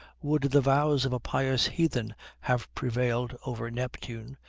would the vows of a pious heathen have prevailed over neptune,